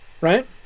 right